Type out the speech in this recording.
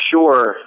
sure